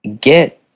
get